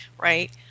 right